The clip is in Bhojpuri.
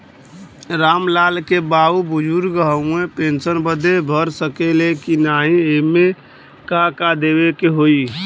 राम लाल के बाऊ बुजुर्ग ह ऊ पेंशन बदे भर सके ले की नाही एमे का का देवे के होई?